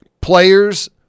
players